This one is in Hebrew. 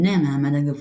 בני המעמד הגבוה.